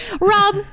Rob-